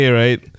right